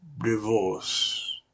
divorce